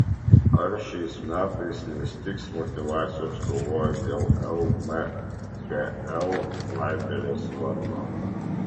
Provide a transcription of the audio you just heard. ar šiais metais nestigs motyvacijos kovojant dėl lmkl snaiperės vardo